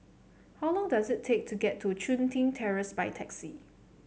how long does it take to get to Chun Tin Terrace by taxi